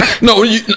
No